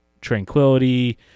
Tranquility